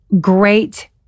great